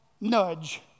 nudge